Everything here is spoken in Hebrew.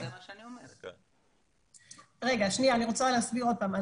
אני רוצה להסביר עוד פעם.